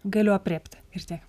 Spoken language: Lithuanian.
galiu aprėpti ir tiek